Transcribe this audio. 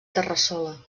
terrassola